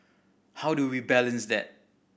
how do we balance that